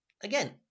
again